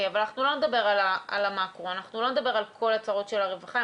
אנחנו לא נדבר על המקרו ועל כל הצרות של הרווחה.